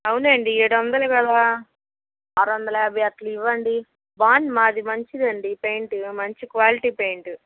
అవునండి ఏడు వందలు కదా ఆరు వందల యాభై అట్ల ఇవ్వండి మాది మంచిదండి పెయింటు మంచి క్వాలిటీ పెయింటు